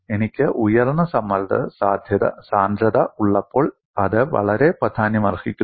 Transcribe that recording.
എനിക്ക് ഉയർന്ന സമ്മർദ്ദ സാന്ദ്രത ഉള്ളപ്പോൾ അത് വളരെ പ്രാധാന്യമർഹിക്കുന്നു